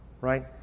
right